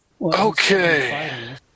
Okay